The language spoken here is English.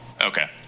Okay